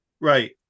Right